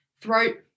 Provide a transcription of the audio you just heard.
Throat